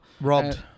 Robbed